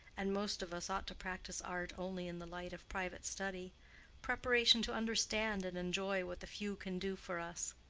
and most of us ought to practice art only in the light of private study preparation to understand and enjoy what the few can do for us.